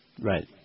Right